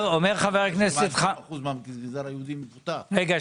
אומר חבר הכנסת חמד עמאר,